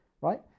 right